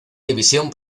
división